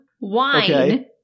wine